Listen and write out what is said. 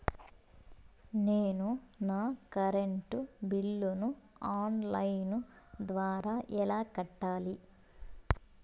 నేను నా కరెంటు బిల్లును ఆన్ లైను ద్వారా ఎలా కట్టాలి?